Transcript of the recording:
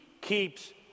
keeps